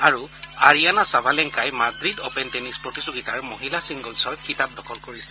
আৰু Aryna Sabalenka Madrid open tennis প্ৰতিযোগিতাৰ মহিলা ছিংগলছৰ খিতাপ দখল কৰিছে